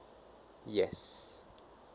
yes